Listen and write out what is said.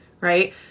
right